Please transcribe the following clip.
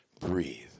Breathe